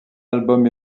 album